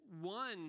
one